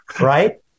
right